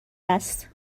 است